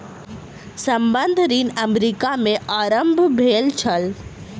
संबंद्ध ऋण अमेरिका में आरम्भ भेल छल